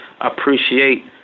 appreciate